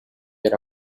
era